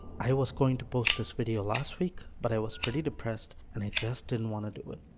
i was going to post this video last week, but i was pretty depressed, and i just didn't want to do it.